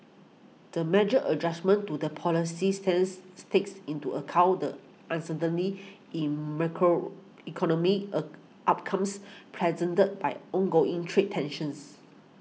the measured adjustment to the policy systems takes into account the uncertainty in macroeconomic outcomes presented by ongoing trade tensions